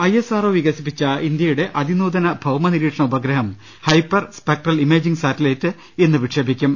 ISRO വികസിപ്പിച്ച ഇന്ത്യയുടെ അതിനൂതന ഭൌമനി രീക്ഷണ ഉപഗ്രഹം ഹൈപ്പർ സ്പെക്ട്രൽ ഇമേജിങ് സാറ്റലൈറ്റ് ഇന്ന് വിക്ഷേപിക്കും